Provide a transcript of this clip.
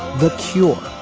the cure.